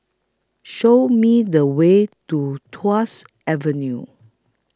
Show Me The Way to Tuas Avenue